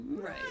Right